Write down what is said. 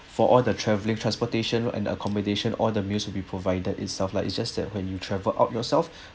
for all the travelling transportation and accommodation all the meals will be provided itself lah it's just that when you travel out yourself